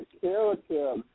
character